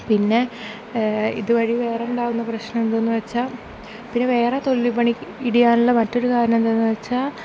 പിന്നെ ഇതുവഴി വേറെ ഉണ്ടാവുന്ന പ്രശ്നം എന്തെന്ന് വച്ചാൽ പിന്നെ വേറെ തൊഴിൽ വിപണി ഇടിയാനുള്ള മറ്റൊരു കാരണം എന്താണെന്ന് വച്ചാൽ